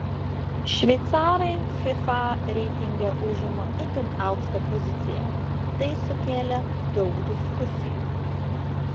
šveicarai fifa reitinge užima itin aukštą poziciją tai sukėlė daug diskusijų